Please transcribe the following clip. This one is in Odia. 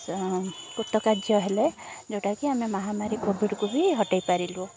କୃତକାର୍ଯ୍ୟ ହେଲେ ଯୋଉଟାକି ଆମେ ମହାମାରୀ କୋଭିଡ୍କୁ ବି ହଟେଇ ପାରିଲୁ